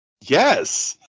Yes